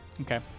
Okay